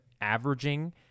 averaging